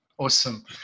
Awesome